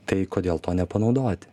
tai kodėl to nepanaudoti